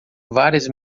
várias